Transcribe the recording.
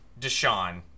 deshaun